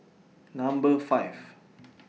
Number five